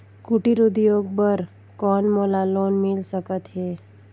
कुटीर उद्योग बर कौन मोला लोन मिल सकत हे?